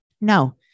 No